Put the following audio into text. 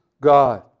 God